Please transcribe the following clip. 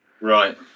Right